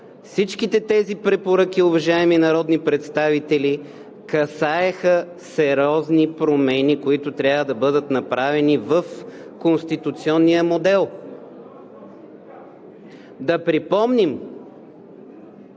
всички тези препоръки, уважаеми народни представители, касаеха сериозни промени, които трябва да бъдат направени в конституционния модел! Да припомним